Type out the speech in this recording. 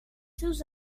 seus